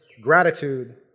gratitude